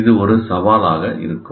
இது ஒரு சவாலாக இருக்கும்